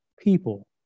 people